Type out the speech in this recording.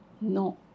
No